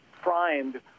primed